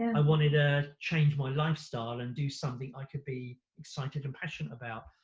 i wanted to change my lifestyle and do something i could be excited and passionate about.